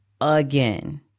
again